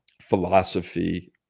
philosophy